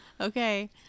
Okay